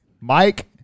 Mike